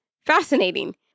fascinating